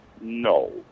no